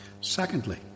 Secondly